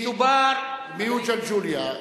מדובר, מיהו "ג'לג'וליה"?